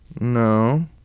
No